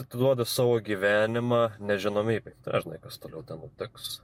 atiduoda savo gyvenimą nežinomybei ką žinai kas toliau ten nutiks